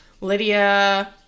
Lydia